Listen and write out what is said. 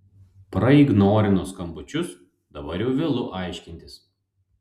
praignorino skambučius dabar jau vėlu aiškintis